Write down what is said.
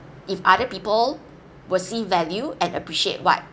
if other people will see value and appreciate what